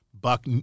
Buck